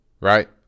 right